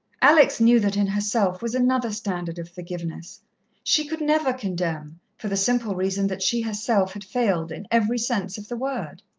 alex knew that in herself was another standard of forgiveness she could never condemn, for the simple reason that she herself had failed, in every sense of the word.